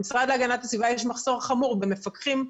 במשרד להגנת הסביבה יש מחסור חמור במפקחים,